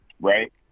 right